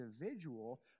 individual